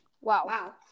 Wow